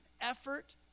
effort